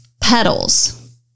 petals